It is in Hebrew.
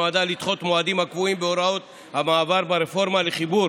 נועדה לדחות מועדים הקבועים בהוראות המעבר ברפורמה לחיבור